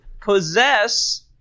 possess